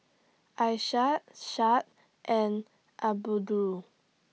Aisyah and Abdul